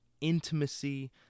intimacy